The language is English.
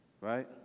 right